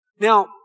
now